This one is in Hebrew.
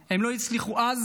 הם לא הצליחו אז,